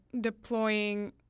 deploying